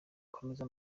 gukomereza